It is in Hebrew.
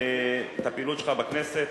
את הפעילות שלך בכנסת.